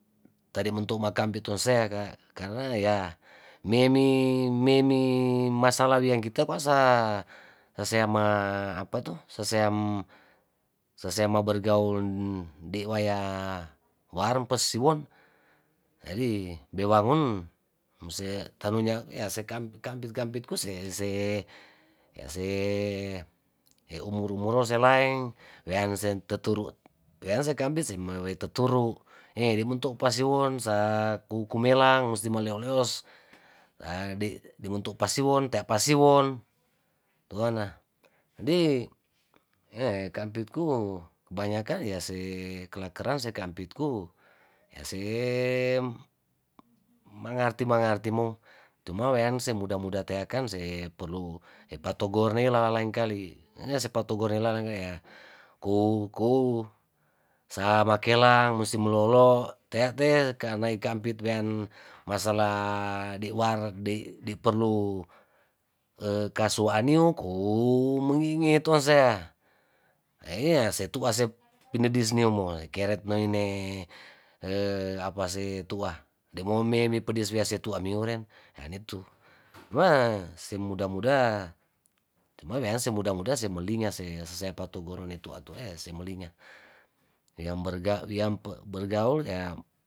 Tadi mentow makampe tonsea ka, karna ya memi memi masalawiyang kita kwa sa saeama apato saea sasea ma bergaul ndiwaya warmpsiwon jadi bewangun mose tanunyaku se kampi kampitkus ya see see umur umuro selaeng weansen taturu' weanse kambe me se mawe taturu' hee dimento pasiwon sa ku kumelang musti maleo laeos, haa di' dimuntu pasiwon tea pasiwon toana di kampitku kebanyakan ya se kelakeran se kampitku ya sem mangarti mangarti mong tumawean se muda- muda teakan se perlu patogor ne lalaeng kali nyasepatogor nelalang nea kou kou samakelang musti melolo' tea te kanai kampit wean masalah de war dei perlu kasuanio kou mengingi tonsea eaa setuase pinda disneomol keret nei ne apase tua deimo meis piase tua miuren hanitu huma se muda muda tumawean se muda muda semolinga se seseapatu gorone se molinga yang berga wiampe bergaul ya